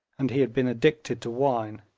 and he had been addicted to wine.